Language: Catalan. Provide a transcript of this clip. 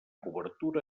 cobertura